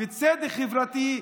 וצדק חברתי,